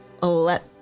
let